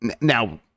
now